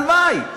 הלוואי,